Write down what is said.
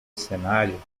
cenário